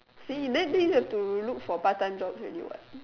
then you then then you have to look for part-time jobs already what